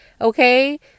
Okay